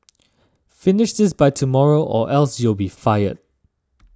finish this by tomorrow or else you'll be fired